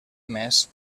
emés